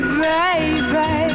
baby